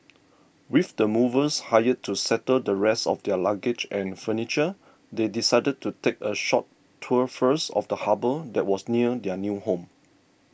with the movers hired to settle the rest of their luggage and furniture they decided to take a short tour first of the harbour that was near their new home